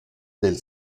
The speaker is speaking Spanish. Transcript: del